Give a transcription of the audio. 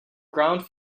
ground